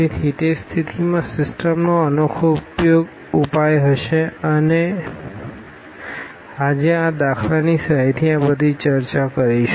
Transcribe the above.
તેથી તે સ્થિતિમાં સિસ્ટમનો અનોખો ઉપાય હશે અમે આજે આ દાખલાની સહાયથી આ બધી ચર્ચા કરીશું